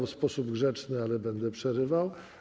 W sposób grzeczny, ale będę przerywał.